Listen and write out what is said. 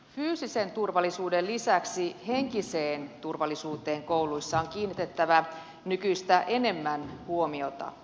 fyysisen turvallisuuden lisäksi henkiseen turvallisuuteen kouluissa on kiinnitettävä nykyistä enemmän huomiota